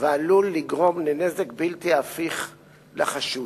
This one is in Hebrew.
ועלול לגרום נזק בלתי הפיך לחשוד.